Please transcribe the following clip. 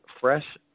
fresh